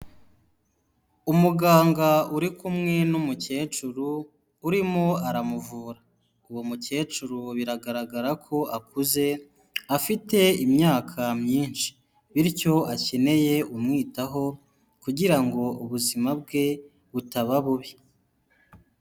Umuganga uri kumwe n'umukecuru, urimo aramuvura. Uwo mukecuru biragaragara ko akuze, afite imyaka myinshi, bityo akeneye umwitaho kugira ngo ubuzima bwe butaba bubi.